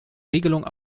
regelung